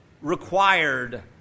required